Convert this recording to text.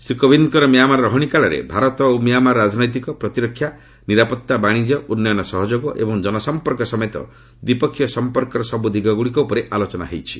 ଶ୍ରୀ କୋବିନ୍ଦଙ୍କର ମ୍ୟାମାର୍ ରହଣୀ କାଳରେ ଭାରତ ଓ ମ୍ୟାମାର୍ ରାଜନୈତିକ ପ୍ରତିରକ୍ଷା ନିରାପଭା ବାଶିଜ୍ୟ ଉନ୍ନୟନ ସହଯୋଗ ଏବଂ ଜନସମ୍ପର୍କ ସମେତ ଦ୍ୱିପକ୍ଷିୟ ସମ୍ପର୍କର ସବୁ ଦିଗଗୁଡ଼ିକ ଉପରେ ଆଲୋଚନା ହୋଇଛି